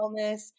Wellness